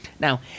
Now